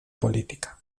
política